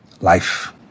life